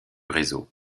réseau